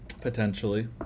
Potentially